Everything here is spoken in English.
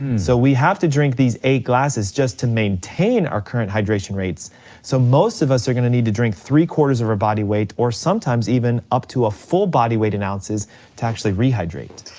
and so we have to drink these eight glasses just to maintain our current hydration rates so most of us are gonna need to drink three quarters of our body weight, or sometimes even up to a full body weight in ounces to actually rehydrate.